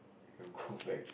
you go back